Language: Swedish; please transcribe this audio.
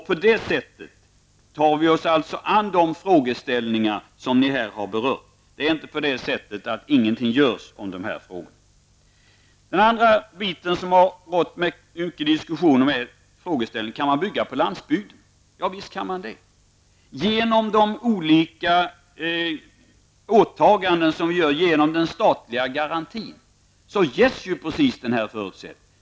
På det sättet tar vi oss an de frågeställningar som ni här har berört. Det är inte på det sättet att ingenting görs åt de här frågorna. En annan frågeställning som det var mycket diskussion om är: Kan man bygga på landsbygden? Ja, visst kan man det. Genom de olika åtagandena i den statliga garantin ges precis den förutsättningen.